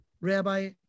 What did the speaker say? Rabbi